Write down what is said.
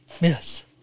Yes